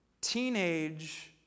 teenage